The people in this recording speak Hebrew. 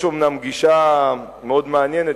יש אומנם גישה מאוד מעניינת,